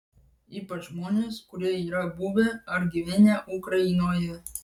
ypač žmonės kurie yra buvę ar gyvenę ukrainoje